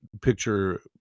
picture